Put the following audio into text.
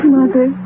Mother